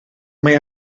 mae